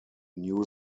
new